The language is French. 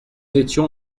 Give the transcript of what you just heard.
étions